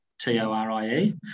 t-o-r-i-e